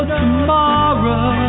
tomorrow